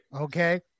okay